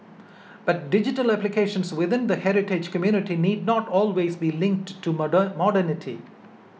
but digital applications within the heritage community need not always be linked to modern modernity